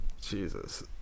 Jesus